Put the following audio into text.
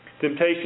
Temptation